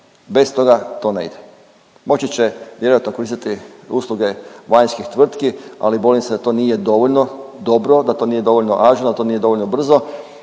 Bez toga to ne ide. Moći se vjerojatno koristiti usluge vanjskih tvrtki ali bojim se da to nije dovoljno dobro, da to nije dovoljno ažurno, da to nije dovoljno brzo.